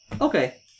Okay